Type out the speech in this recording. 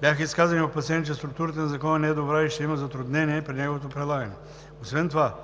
Бяха изказани и опасения, че структурата на Закона не е добра и ще има затруднения при неговото прилагане. Освен това